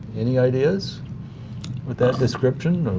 any ideas with that description?